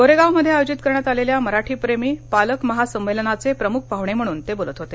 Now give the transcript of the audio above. गोरेगावमध्ये आयोजित करण्यात आलेल्या मराठीप्रेमी पालक महासंमेलनाचे प्रमुख पाहुणे म्हणून ते बोलत होते